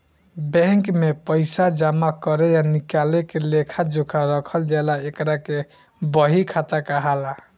bank में पइसा जामा करे आ निकाले के लेखा जोखा रखल जाला एकरा के बही खाता कहाला